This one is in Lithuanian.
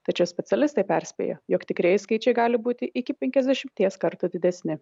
tačiau specialistai perspėja jog tikrieji skaičiai gali būti iki penkiasdešimties kartų didesni